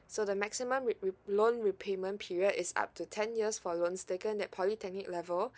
so the maximum re~ re~ loan repayment period is up to ten years for loans taken at polytechnic level